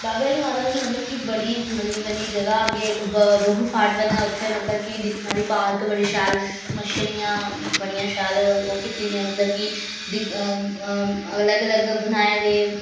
बाबे आह्ली माता बी मतलब कि बड़ी मन्नी तन्नी जगह अग्गें इक बहू फोर्ट बने दा उत्थें मतलब कि दिक्खने आह्ली पार्क बड़ी शैल मच्छलियां बड़ियां शैल ओह् कीती दियां मतलब कि अलग अलग बनाए दे